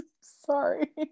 sorry